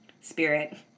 spirit